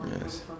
Yes